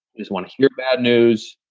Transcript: just want to hear bad news.